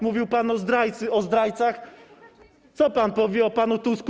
Mówił pan o zdrajcy, o zdrajcach, co pan powie o panu Tusku.